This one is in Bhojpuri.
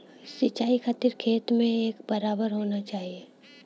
सिंचाई खातिर खेत के एक बराबर होना चाही